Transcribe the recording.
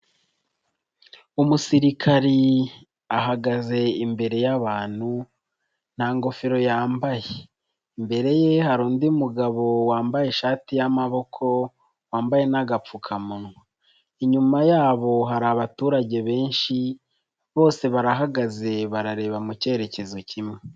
Umusirikari ahagaze imbere y'abantu, nta ngofero yambaye. Imbere ye hari undi mugabo wambaye ishati y'amaboko, wambaye n'agapfukamunwa. Inyuma yabo hari abaturage benshi, bose barahagaze barareba mu cyerekezo kimwe.